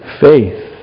Faith